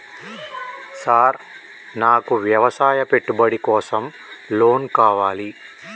Sir నాకు వ్యవసాయ పెట్టుబడి కోసం లోన్ కావాలి?